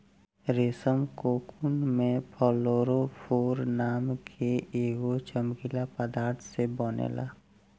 रेशम कोकून में फ्लोरोफोर नाम के एगो चमकीला पदार्थ से बनेला